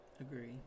Agree